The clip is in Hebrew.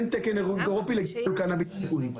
אין תקן אירופאי לגידול קנאביס רפואי.